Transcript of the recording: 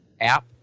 app